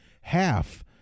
half